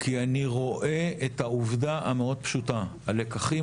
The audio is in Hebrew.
כי אני רואה את העובדה המאוד פשוטה: הלקחים